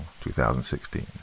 2016